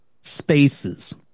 spaces